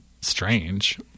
strange